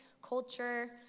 culture